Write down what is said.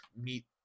meet